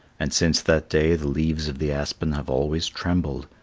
and since that day the leaves of the aspen have always trembled,